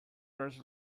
was